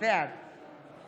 בעד